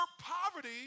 poverty